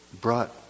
brought